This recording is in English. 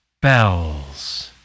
bells